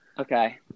Okay